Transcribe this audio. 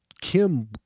Kim